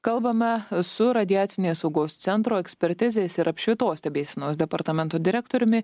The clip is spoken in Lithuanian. kalbame su radiacinės saugos centro ekspertizės ir apšvitos stebėsenos departamento direktoriumi